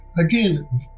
Again